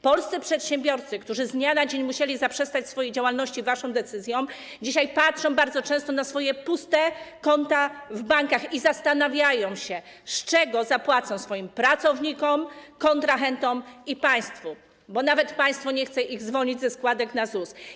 Polscy przedsiębiorcy, którzy z dnia na dzień musieli zaprzestać swojej działalności na mocy waszej decyzji, dzisiaj patrzą bardzo często na swoje puste konta w bankach i zastanawiają się, z czego zapłacą pracownikom, kontrahentom i państwu, bo państwo nie chce ich nawet zwolnić ze składek na ZUS.